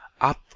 Up